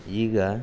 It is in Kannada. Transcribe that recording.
ಈಗ